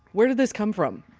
where did this come from?